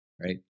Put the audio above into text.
right